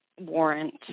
warrant